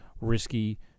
risky